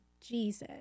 jesus